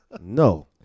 No